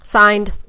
Signed